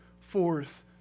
forth